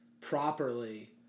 properly